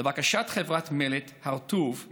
לבקשת חברת מלט הר טוב,